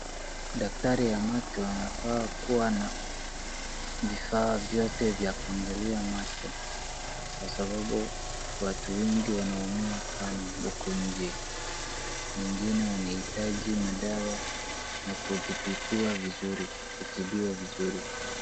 Daktari ya macho anafaa kuwa na vifaa vyote vya kuangalia macho kwa sababu watu wengi wanaumia sana huku nje, wengine wanahitaji madawa na kudhibitiwa vizuri, kutibiwa vizuri.